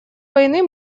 войны